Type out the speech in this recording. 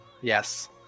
yes